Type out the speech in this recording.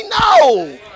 no